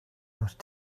must